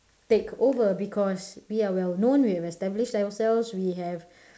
take over because we are well known we have established ourselves we have